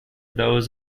those